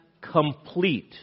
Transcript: complete